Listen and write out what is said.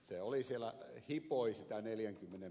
se hipoi sitä neljänkymmenen